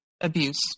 abuse